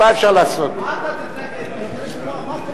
מה המבנים שאמורים